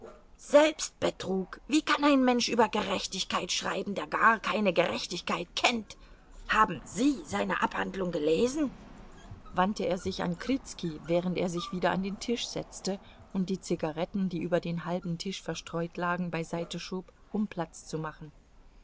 selbstbetrug wie kann ein mensch über gerechtigkeit schreiben der gar keine gerechtigkeit kennt haben sie seine abhandlung gelesen wandte er sich an krizki während er sich wieder an den tisch setzte und die zigaretten die über den halben tisch verstreut lagen beiseite schob um platz zu machen